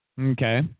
Okay